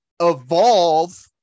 evolve